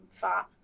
fat